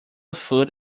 food